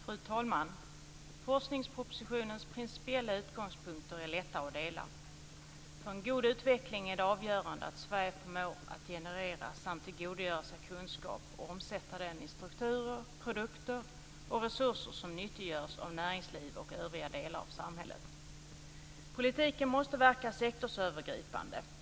Fru talman! Forskningspropositionens principiella utgångspunkter är lätta att dela. För en god utveckling är det avgörande att Sverige förmår att generera kunskap samt tillgodogöra sig den och omsätta den i strukturer, produkter och resurser som nyttiggörs av näringsliv och övriga delar av samhället. Politiken måste verka sektorsövergripande.